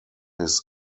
his